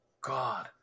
God